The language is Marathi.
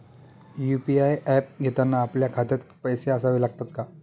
यु.पी.आय ऍप घेताना आपल्या खात्यात पैसे असावे लागतात का?